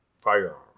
firearm